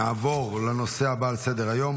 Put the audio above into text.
נעבור לנושא הבא על סדר-היום,